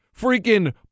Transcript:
freaking